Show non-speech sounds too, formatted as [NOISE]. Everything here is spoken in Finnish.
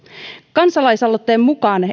kansalaisaloitteen mukaan [UNINTELLIGIBLE]